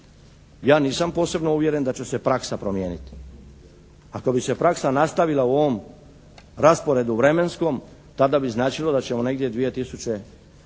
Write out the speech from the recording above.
Ja nisam posebno uvjeren da će se praksa promijeniti. Ako bi se praksa nastavila u ovom rasporedu vremenskom, tada bi značilo da ćemo negdje 2008.